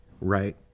Right